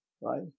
right